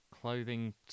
clothing